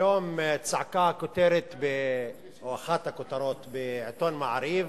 היום צעקה הכותרת או אחת הכותרות בעיתון "מעריב"